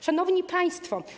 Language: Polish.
Szanowni Państwo!